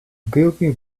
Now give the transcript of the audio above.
ogilvy